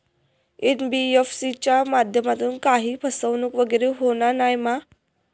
NBFC च्या माध्यमातून काही फसवणूक वगैरे होना नाय मा?